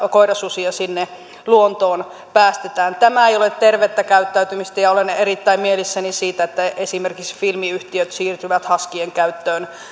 koirasusia sinne luontoon päästetään tämä ei ole tervettä käyttäytymistä ja olen erittäin mielissäni siitä että esimerkiksi filmiyhtiöt siirtyvät huskyjen käyttöön